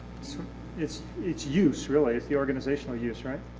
so it's it's use really is the organizational use, right?